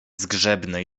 zgrzebnej